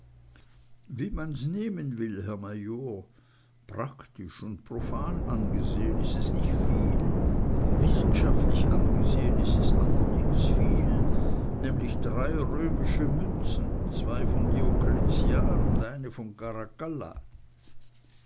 wie man's nehmen will herr major praktisch und profan angesehen ist es nicht viel aber wissenschaftlich angesehen ist es allerdings viel nämlich drei römische münzen zwei von diokletian und eine von